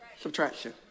subtraction